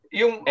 yung